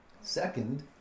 second